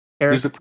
Eric